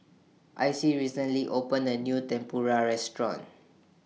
Icie recently opened A New Tempura Restaurant